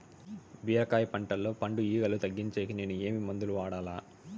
బీరకాయ పంటల్లో పండు ఈగలు తగ్గించేకి నేను ఏమి మందులు వాడాలా?